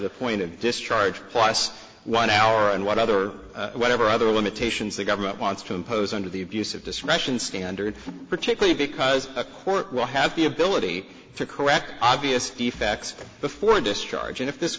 the point of discharge plus one hour and what other whatever other limitations the government wants to impose under the abuse of discretion standard particularly because a court will have the ability to correct obvious defects before discharge and if this